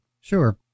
Sure